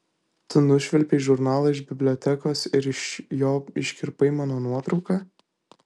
tu nušvilpei žurnalą iš bibliotekos ir iš jo iškirpai mano nuotrauką